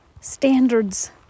standards